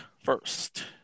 first